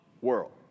world